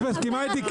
את מסכימה איתי?